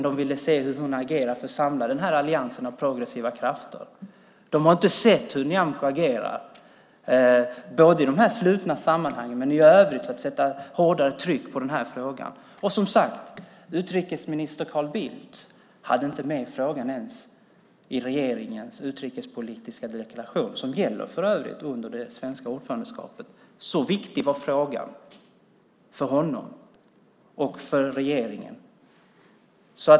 De ville se hur hon hade agerat för att samla den alliansen av progressiva krafter. De har ju inte sett hur Nyamko agerar i de slutna sammanhangen och i övrigt när det gäller att sätta hårdare tryck i den här frågan. Som sagt hade utrikesminister Carl Bildt inte ens frågan med i regeringens utrikespolitiska deklaration, som för övrigt gäller under det svenska ordförandeskapet. Så viktig var frågan för honom och för regeringen.